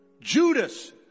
Judas